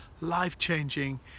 life-changing